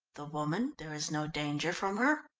the woman there is no danger from her?